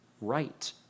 right